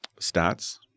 stats